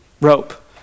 rope